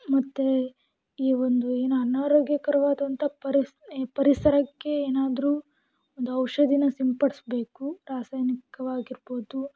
ಮತ್ತು ಈ ಒಂದು ಏನು ಅನಾರೋಗ್ಯಕರವಾದಂಥ ಪರಿಸ್ ಪರಿಸರಕ್ಕೆ ಏನಾದ್ರೂ ಒಂದು ಔಷಧಿನ ಸಿಂಪಡಿಸ್ಬೇಕು ರಾಸಾಯನಿಕವಾಗಿರ್ಬೋದು